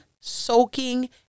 soaking